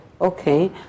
Okay